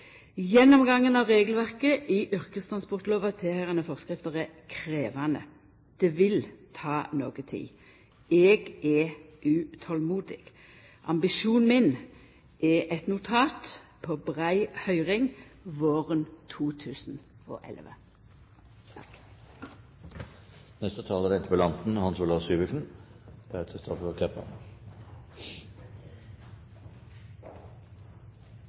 Gjennomgangen av regelverket i yrkestransportlova og tilhøyrande forskrifter er krevjande. Det vil ta noko tid. Eg er utolmodig. Ambisjonen min er eit notat på brei høyring våren 2011.